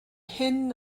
hyn